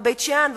בבית-שאן,